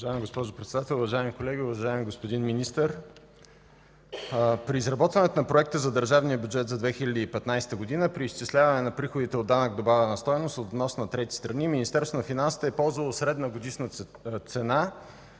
Уважаема госпожо Председател, уважаеми колеги! Уважаеми господин Министър, при изработването на Проекта за държавния бюджет за 2015 г., при изчисляване на приходите от данък добавена стойност относно трети страни Министерството на финансите е ползвало средна годишна цена